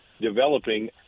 developing